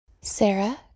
Sarah